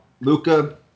Luca